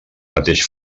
mateix